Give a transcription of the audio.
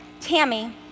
Tammy